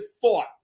thought